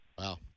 Wow